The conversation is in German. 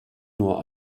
nur